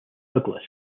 douglas